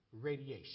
radiation